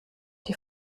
die